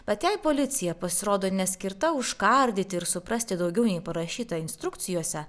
bet jei policija pasirodo neskirta užkardyti ir suprasti daugiau nei parašyta instrukcijose